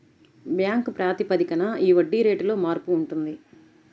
bank ప్రాతిపదికన ఈ వడ్డీ రేటులో మార్పు ఉంటుంది